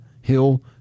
Hill